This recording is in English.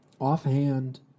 offhand